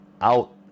out